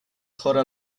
chora